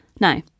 No